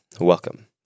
Welcome